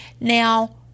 Now